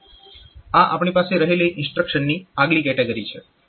આ આપણી પાસે રહેલી ઇન્સ્ટ્રક્શન્સની આગલી કેટેગરી છે